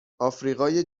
آفریقای